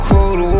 Cold